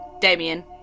Damien